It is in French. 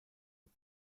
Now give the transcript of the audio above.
aux